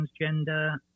transgender